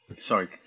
Sorry